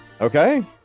okay